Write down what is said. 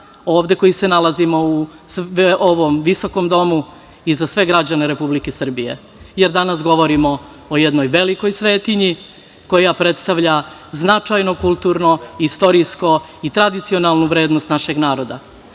ovde koji se nalazimo u ovom visokom domu i za sve građane Republike Srbije, jer danas govorimo o jednoj velikoj svetinji koja predstavlja značajnu kulturnu, istorijsku i tradicionalnu vrednost našeg